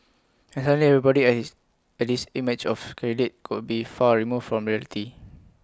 and suddenly everybody IT has has this image of candidate could be far removed from reality